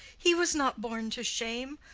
he was not born to shame.